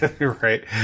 Right